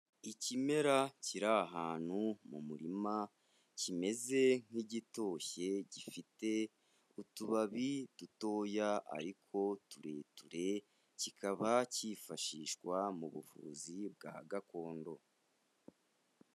Ikimera kiri ahantu mu murima kimeze nk'igitoshye, gifite utubabi dutoya ariko tureture; kikaba cyifashishwa mu buvuzi bwa gakondo.